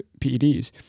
PEDs